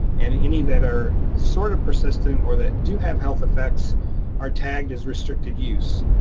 and any that are sort of persistent or that do have health effects are tagged as restricted use,